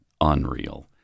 unreal